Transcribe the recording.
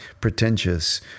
pretentious